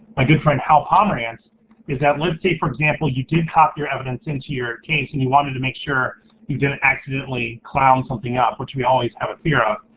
my good friend hal hanranse is that, let's say for example you did copy your evidence into your case, and you wanted to make sure you didn't accidentally clown something up, which we always have a fear of,